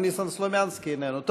גם ניסן סלומינסקי איננו.